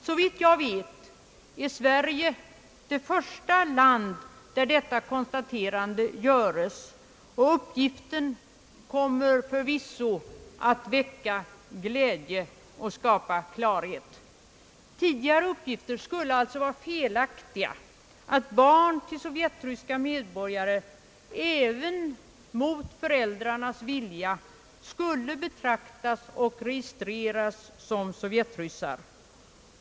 Såvitt jag vet är Sverige det första land där detta konstaterande göres, och uppgiften kommer förvisso att väcka glädje och skapa klarhet. Tidigare uppgifter att barn till sovjetryska medborgare även mot föräldrarnas vilja skulle betraktas och registreras som sovjetryssar skulle alltså vara felaktiga.